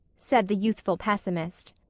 said the youthful pessimist.